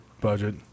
budget